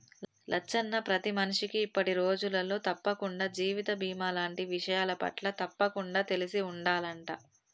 లచ్చన్న ప్రతి మనిషికి ఇప్పటి రోజులలో తప్పకుండా జీవిత బీమా లాంటి విషయాలపట్ల తప్పకుండా తెలిసి ఉండాలంట